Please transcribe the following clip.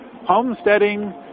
homesteading